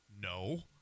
No